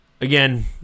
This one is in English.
again